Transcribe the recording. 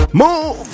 move